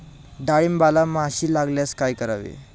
डाळींबाला माशी लागल्यास काय करावे?